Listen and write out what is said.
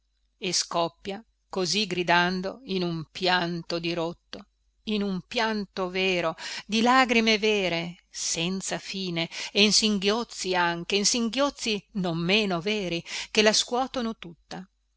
e scoppia così gridando in un pianto dirotto in un pianto vero di lagrime vere senza fine e in singhiozzi anche in singhiozzi non meno veri che la scuotono tutta